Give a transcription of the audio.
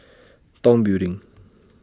Tong Building